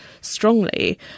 strongly